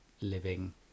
living